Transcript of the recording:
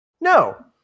No